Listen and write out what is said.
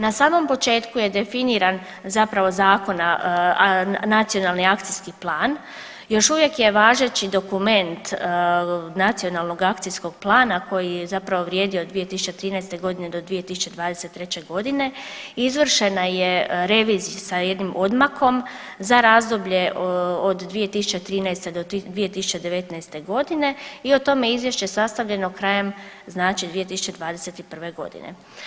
Na samom početku je definiran zapravo zakon, Nacionalni akcijski plan, još uvijek je važeći dokument nacionalnog akcijskog plana koji je zapravo vrijedio od 2013.g. do 2023.g., izvršena je revizija sa jednim odmakom za razdoblje od 2013. do 2019.g. i o tome je izvješće sastavljeno krajem znači 2021.g.